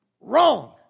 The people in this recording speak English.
Wrong